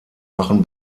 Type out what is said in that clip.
machen